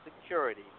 security